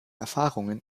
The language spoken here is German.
erfahrungen